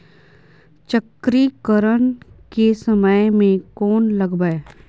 चक्रीकरन के समय में कोन लगबै?